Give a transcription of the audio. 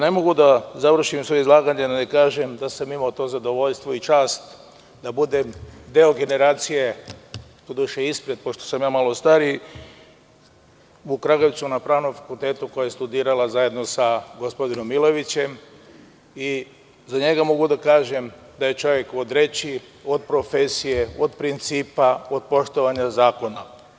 Ne mogu da završim a da ne kažem da sam imao to zadovoljstvo i čast da budem deo generacije, doduše ispred pošto sam malo stariji, u Kragujevcu na Pravnom fakultetu koji je studirao sa gospodinom Milojevićem i za njega mogu da kažem da je čovek od reči, profesije, principa, poštovanja zakona.